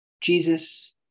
Jesus